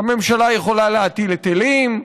הממשלה יכולה להטיל היטלים,